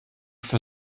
für